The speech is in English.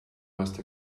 must